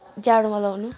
जाडोमा लाउनु